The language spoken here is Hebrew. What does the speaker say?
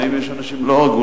ואם יש אנשים לא הגונים,